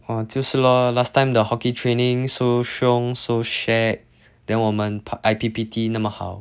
!wah! 就是 lor last time the hockey training so 凶 so shag then 我们 I_P_P_T 那么好